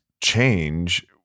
change